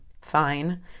fine